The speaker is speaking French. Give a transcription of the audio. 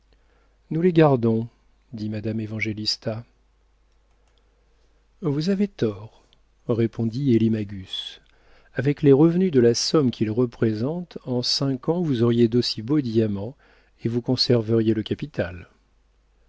nous les gardons dit madame évangélista vous avez tort répondit élie magus avec les revenus de la somme qu'ils représentent en cinq ans vous auriez d'aussi beaux diamants et vous conserveriez le capital